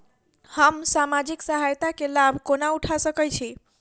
हम सामाजिक सहायता केँ लाभ कोना उठा सकै छी?